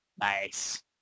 Nice